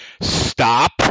stop